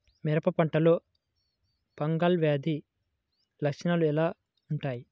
మిరప పంటలో ఫంగల్ వ్యాధి లక్షణాలు ఎలా వుంటాయి?